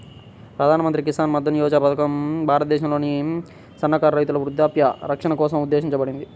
ప్రధాన్ మంత్రి కిసాన్ మన్ధన్ యోజన పథకం భారతదేశంలోని సన్నకారు రైతుల వృద్ధాప్య రక్షణ కోసం ఉద్దేశించబడింది